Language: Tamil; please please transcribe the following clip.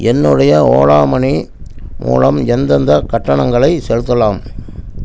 என்னுடைய ஓலா மணி மூலம் எந்தெந்தக் கட்டணங்களைச் செலுத்தலாம்